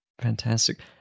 fantastic